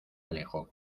alejó